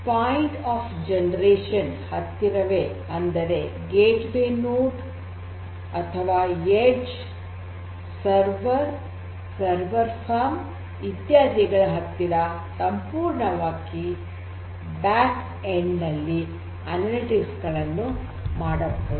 point of generation ಹತ್ತಿರವೇ ಅಂದರೆ gateway node ಅಥವಾ ಎಡ್ಜ್ ಸರ್ವರ್ ಸರ್ವರ್ ಫರ್ಮ್ ಇತ್ಯಾದಿಗಳ ಹತ್ತಿರ ಸಂಪೂರ್ಣವಾಗಿ ಹಿಂಭಾಗದ ಕೊನೆಯಲ್ಲಿ ಅನಲಿಟಿಕ್ಸ್ ಗಳನ್ನು ಮಾಡಬಹುದು